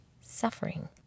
suffering